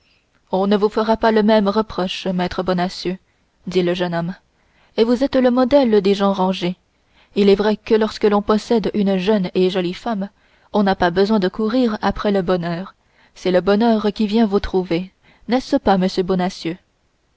on ne vous fera pas le même reproche maître bonacieux dit le jeune homme et vous êtes le modèle des gens rangés il est vrai que lorsque l'on possède une jeune et jolie femme on n'a pas besoin de courir après le bonheur c'est le bonheur qui vient vous trouver n'est-ce pas monsieur